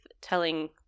telling